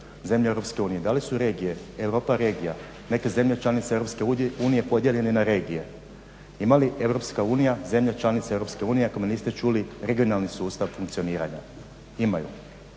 zemlje EU? Da li su regije Europa regije, neke zemlje članice EU podijeljene na regije? Ima li EU zemlje članice EU ako me niste čuli regionalni sustav funkcioniranja? Imaju.